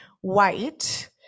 white